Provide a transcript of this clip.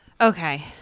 Okay